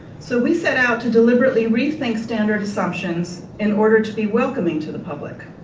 so we set out to deliberately rethink standard assumptions in order to be welcoming to the public.